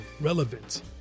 relevant